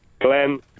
Glenn